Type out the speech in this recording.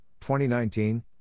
2019